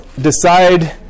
Decide